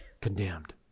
Condemned